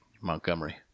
Montgomery